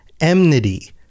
enmity